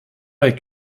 avec